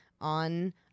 on